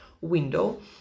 window